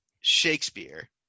Shakespeare